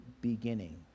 beginning